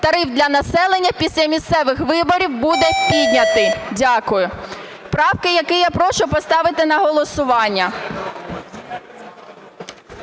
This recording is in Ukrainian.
тариф для населення після місцевих виборів буде піднятий. Дякую. Правки, які я прошу поставити на голосування: